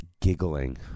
giggling